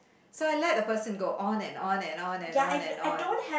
so I let the person go on and on and on and on and on